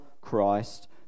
Christ